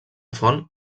font